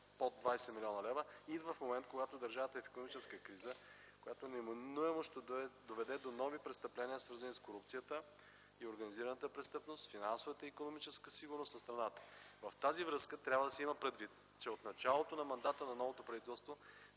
под 20 млн. лв., идва в момент, когато държавата е в икономическа криза, която неминуемо ще доведе до нови престъпления, свързани с корупцията и организираната престъпност, финансовата и икономическа сигурност на страната. В тази връзка трябва да се има предвид, че от началото на мандата на новото правителство